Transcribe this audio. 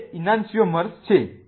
આ 2 ઈનાન્સ્યિઓમર્સ છે